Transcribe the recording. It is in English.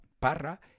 parra